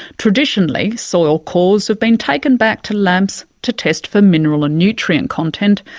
traditionally soil cores have been taken back to labs to test for mineral and nutrient content,